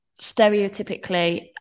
stereotypically